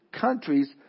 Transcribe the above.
countries